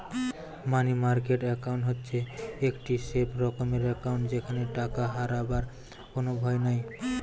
মানি market account হচ্ছে একটি safe রকমের একাউন্ট যেখানে টাকা হারাবার কোনো ভয় নাই